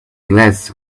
glass